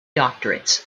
doctorates